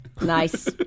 Nice